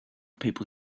people